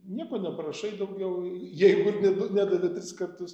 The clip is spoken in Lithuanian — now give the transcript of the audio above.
nieko neparašai daugiau jeigu ne du nedavė tris kartus